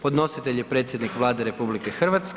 Podnositelj je predsjednik Vlade RH.